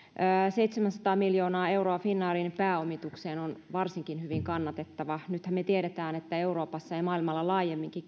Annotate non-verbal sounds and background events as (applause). seitsemänsataa miljoonaa euroa finnairin pääomitukseen on hyvin kannatettava nythän me tiedämme että euroopassa ja maailmassa laajemminkin (unintelligible)